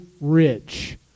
rich